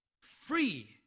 Free